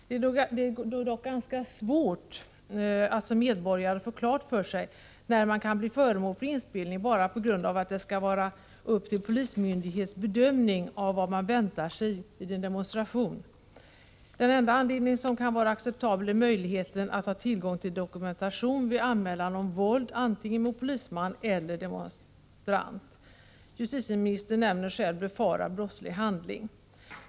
Det är dock ganska svårt att som medborgare få klart för sig när man kan bli föremål för inspelning, eftersom det skall bero på polismyndighets bedömning av vad som kan väntas vid en demonstration. Den enda anledning som kan vara acceptabel är möjligheterna att ha tillgång till dokumentation vid anmälan av våld antingen mot polisman eller mot demonstrant. Justitieministern nämner själv befarad brottslig handling.